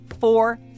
four